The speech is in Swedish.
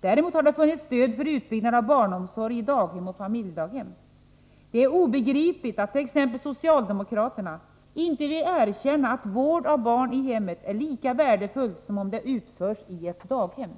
Däremot har det funnits stöd för en utbyggnad av barnomsorg i daghem och familjedaghem. Det är obegripligt att t.ex. socialdemokraterna inte vill erkänna att vård av barn i hemmet är lika värdefull som den vård som utförs på ett daghem.